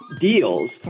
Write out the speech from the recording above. deals